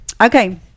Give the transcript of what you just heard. Okay